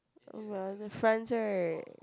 oh well then France right